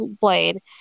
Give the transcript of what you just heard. blade